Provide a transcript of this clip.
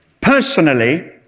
Personally